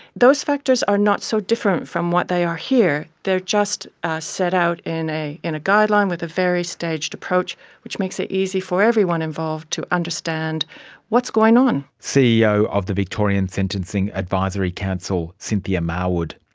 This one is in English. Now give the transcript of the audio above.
those factors are not so different from what they are here, they are just set out in a in a guideline with a very staged approach which makes it easy for everyone involved to understand what's going on. ceo of the victorian sentencing advisory council, cynthia marwood.